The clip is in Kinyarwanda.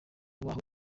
baho